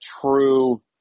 true